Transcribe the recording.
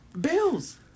Bills